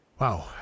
Wow